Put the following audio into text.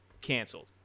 canceled